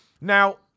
Now